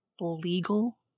legal